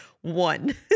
one